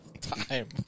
time